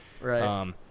Right